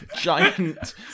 giant